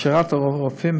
הכשרת רופאים,